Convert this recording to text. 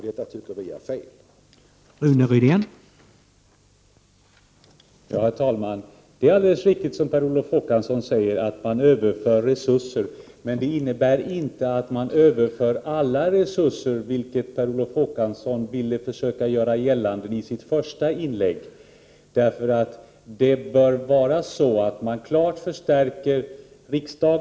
Det tycker vi socialdemokrater är fel.